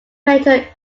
painter